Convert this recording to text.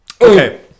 okay